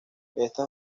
estas